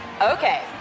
Okay